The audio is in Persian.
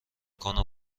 کنم